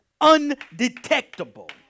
Undetectable